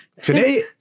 today